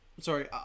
Sorry